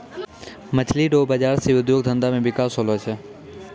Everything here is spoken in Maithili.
मछली रो बाजार से उद्योग धंधा मे बिकास होलो छै